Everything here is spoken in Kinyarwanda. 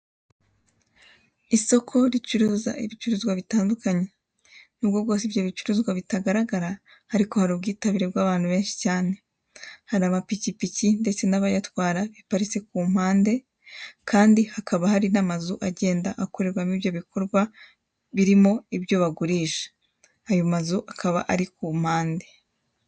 isoko ricuruza ibicuruzwa bitandukanye nubwo rwose ibyo bicuruzwa bitagaragara ariko hari ubwitabire bw'abntu benshi cyane hari amapikipiki ndetse n'abayatwara biparitse ku mpande kandi hakaba hari n'amazu agenda akorerwa mo ibyo bikorwa birimo ibyo bagurisha ayo mazu akaba ari ku mpande.